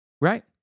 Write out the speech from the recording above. Right